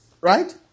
Right